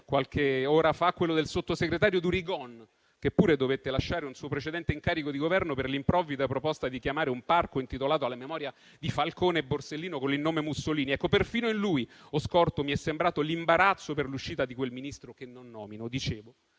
qualche ora fa, quello del sottosegretario Durigon, che pure dovette lasciare un suo precedente incarico di Governo per l'improvvida proposta di chiamare un parco, intitolato alla memoria di Falcone e Borsellino, con il nome "Mussolini". Ecco, perfino in lui ho scorto - così mi è sembrato - l'imbarazzo per l'uscita di quel Ministro che non nomino. Dicevo: